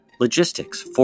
Logistics